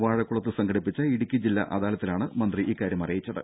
വാഴക്കുളത്ത് സംഘടിപ്പിച്ച ഇടുക്കി ജില്ലാ അദാലത്തിലാണ് മന്ത്രി ഇക്കാര്യം അറിയിച്ചത്